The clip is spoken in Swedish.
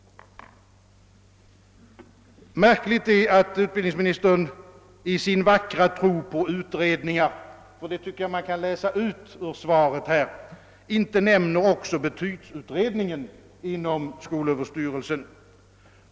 Märkligt är att utbildningsministern i sin vackra tro på utredningar — denna tycker jag att man kan utläsa ur svaret — inte nämner även betygsutredningen inom skolöverstyrelsen.